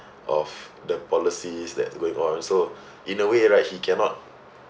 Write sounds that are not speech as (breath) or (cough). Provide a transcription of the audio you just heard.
of the policies that going on so (breath) in a way right he cannot